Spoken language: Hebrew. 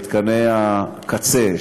מתקני הקצה,